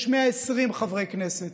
יש 120 חברי כנסת.